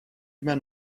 immer